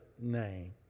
name